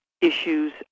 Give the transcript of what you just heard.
issues